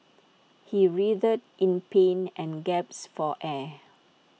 he writhed in pain and gasped for air